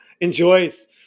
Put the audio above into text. enjoys